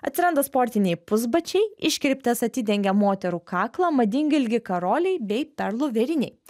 atsiranda sportiniai pusbačiai iškirptės atidengia moterų kaklą madingi ilgi karoliai bei perlų vėriniai